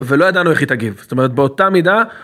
ולא ידענו איך היא תגיב, זאת אומרת באותה מידה.